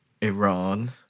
Iran